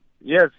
Yes